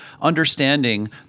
understanding